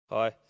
Hi